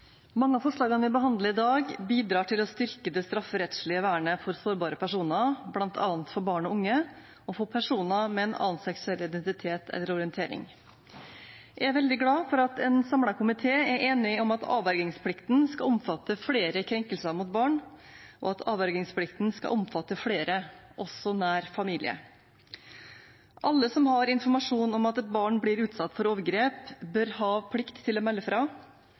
Mange av forslagene vi behandler i dag, bidrar til å styrke det strafferettslige vernet for sårbare personer, bl.a. for barn og unge og for personer med en annen seksuell identitet eller orientering. Jeg er veldig glad for at en samlet komité er enig om at avvergingsplikten skal omfatte flere krenkelser mot barn, og at avvergingsplikten skal omfatte flere – også nær familie. Alle som har informasjon om at et barn blir utsatt for overgrep, bør ha plikt til å melde fra